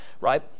right